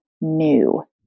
new